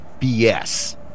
BS